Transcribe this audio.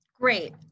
Great